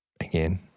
Again